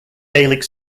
gaelic